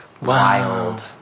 wild